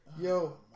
Yo